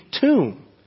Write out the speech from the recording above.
tomb